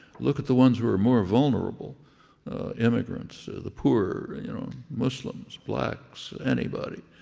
look at the ones who are more vulnerable immigrants, the poor, you know, muslims, blacks anybody.